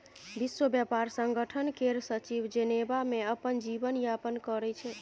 विश्व ब्यापार संगठन केर सचिव जेनेबा मे अपन जीबन यापन करै छै